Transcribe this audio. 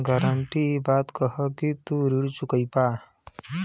guarantee इ बात क कि तू ऋण चुकइबा